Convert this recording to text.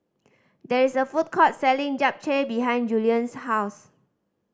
there is a food court selling Japchae behind Julien's house